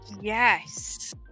Yes